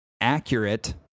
accurate